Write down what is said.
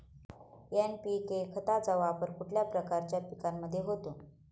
NPK खताचा वापर कुठल्या प्रकारच्या पिकांमध्ये होतो?